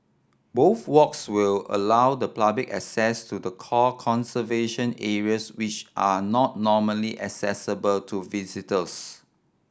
both walks will allow the public access to the core conservation areas which are not normally accessible to visitors